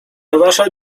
wasza